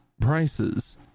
prices